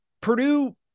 Purdue